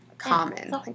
Common